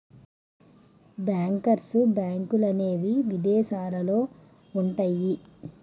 bankers బ్యాంకులనేవి ఇదేశాలల్లో ఉంటయ్యి